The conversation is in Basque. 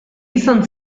izan